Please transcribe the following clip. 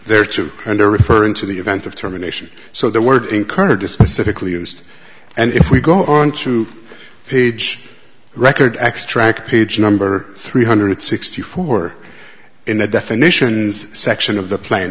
there too and are referring to the events of terminations so their words encourages specifically used and if we go on to page record extract page number three hundred sixty four in the definitions section of the plane